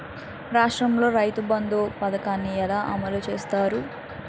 రాష్ట్రంలో రైతుబంధు పథకాన్ని ఎలా అమలు చేస్తారు?